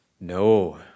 no